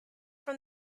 from